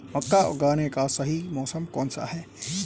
मक्का उगाने का सही मौसम कौनसा है?